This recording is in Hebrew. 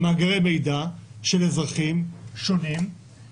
במאגרי מידע של אזרחים שונים,